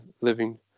living